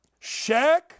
Shaq